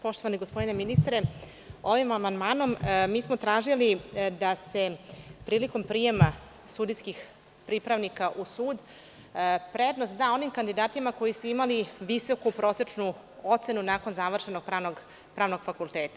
Poštovani gospodine ministre, ovim amandmanom mi smo tražili da se prilikom prijema sudijskih pripravnika u sud prednost da onim kandidatima koji su imali visoku prosečnu ocenu nakon završenog pravnog fakulteta.